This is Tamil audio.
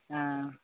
ஆ